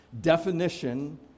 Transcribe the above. definition